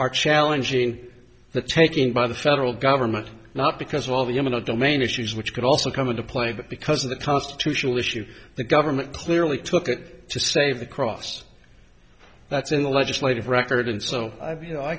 are challenging the taking by the federal government not because of all the eminent domain issues which could also come into play but because of the constitutional issue the government clearly took it to save the cross that's in the legislative record and so i've you know i